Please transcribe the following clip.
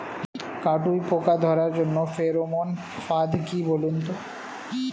কাটুই পোকা ধরার জন্য ফেরোমন ফাদ কি বলুন তো?